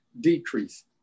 decrease